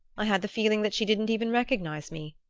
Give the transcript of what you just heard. i had the feeling that she didn't even recognize me.